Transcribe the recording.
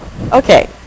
Okay